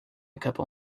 couple